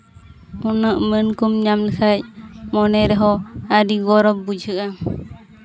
ᱩᱱᱟᱹᱜ ᱢᱟᱹᱱ ᱠᱚᱢ ᱧᱟᱢ ᱞᱮᱠᱷᱟᱱ ᱢᱚᱱᱮ ᱨᱮᱦᱚᱸ ᱟᱹᱰᱤ ᱜᱚᱨᱚᱵᱽ ᱵᱩᱡᱷᱟᱹᱜᱼᱟ